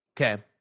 Okay